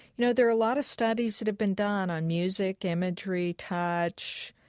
you know, there are a lot of studies that have been done on music, imagery, touch,